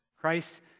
Christ